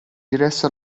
diresse